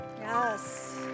Yes